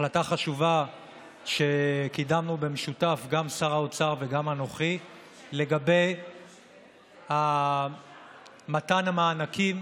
החלטה חשובה שקידמנו במשותף גם שר האוצר וגם אנוכי לגבי מתן המענקים